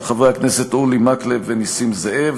של חברי הכנסת אורי מקלב ונסים זאב.